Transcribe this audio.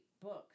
books